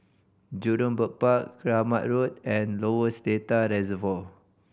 Jurong Bird Park Keramat Road and Lower Seletar Reservoir